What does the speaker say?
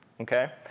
okay